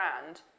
brand